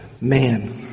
Man